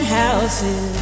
houses